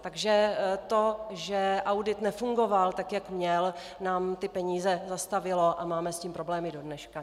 Takže to, že audit nefungoval tak, jak měl, nám peníze zastavilo a máme s tím problémy dodneška.